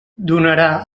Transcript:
donarà